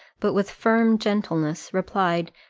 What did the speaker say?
but with firm gentleness, replied,